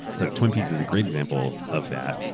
so atwin peaks is a great example of that.